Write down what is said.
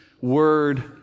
word